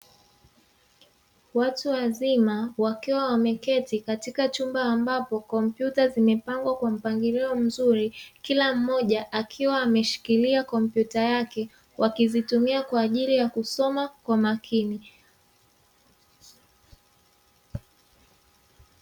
Watu wazima wakiwa wameketi katika chumba, ambapo kompyuta zimepangwa kwa mpangilio mzuri, kila mmoja akiwa ameshikilia kompyuta yake, wakizitumia kwa ajili ya kusoma kwa makini.